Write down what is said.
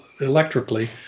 electrically